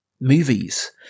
movies